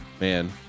Man